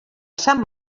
sant